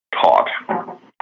taught